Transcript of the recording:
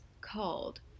called